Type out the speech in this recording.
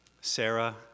Sarah